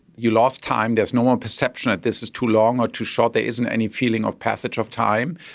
you lost time, there is no more um perception that this is too long or too short, there isn't any feeling of passage of time.